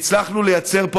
והצלחנו לייצר פה,